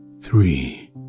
three